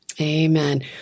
Amen